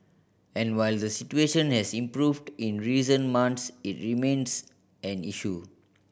and while the situation has improved in recent months it remains an issue